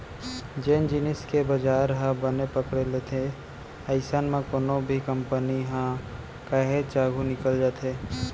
जेन जिनिस के बजार ह बने पकड़े लेथे अइसन म कोनो भी कंपनी ह काहेच आघू निकल जाथे